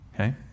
Okay